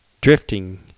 Drifting